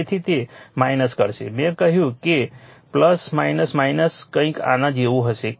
તેથી તે કરશે મેં કહ્યું કે કંઈક આના જેવું હશે